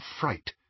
fright